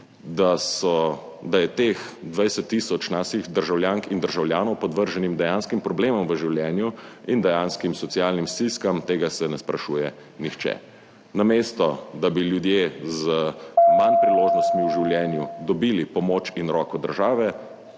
Da je teh 20 tisoč naših državljank in državljanov podvrženih dejanskim problemom v življenju in dejanskim socialnim stiskam, tega se ne sprašuje nihče. Namesto da bi ljudje z manj priložnostmi v življenju dobili pomoč in roko države,